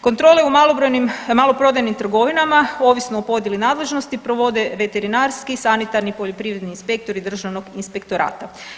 Kontrole u malobrojnim maloprodajnim trgovinama ovisno o podjeli nadležnosti provode veterinarski, sanitarni, poljoprivredni inspektori državnog inspektorata.